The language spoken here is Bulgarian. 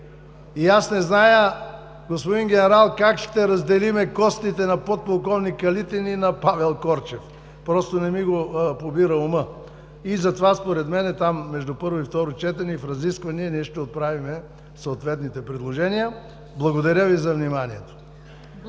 и за не зная, господин Генерал, как ще разделим костите на подполковник Калитин и на Корчев, просто не ми го побира ума. Затова според мен между първо и второ четене и в разисквания, ние ще отправим съответните предложения. Благодаря Ви за вниманието.